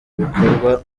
bikorwa